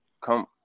come